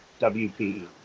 WPE